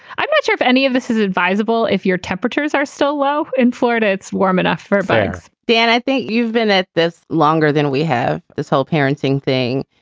i'm not sure if any of this is advisable if your temperatures are still low. in florida, it's warm enough for bugs dan, i think you've been at this longer than we have this whole parenting thing.